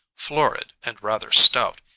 florid and rather stout,